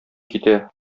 китә